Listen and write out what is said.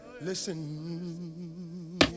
listen